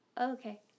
okay